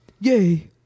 Yay